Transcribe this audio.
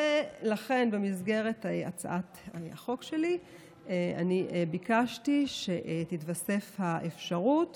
ולכן במסגרת הצעת החוק שלי ביקשתי שתתווסף האפשרות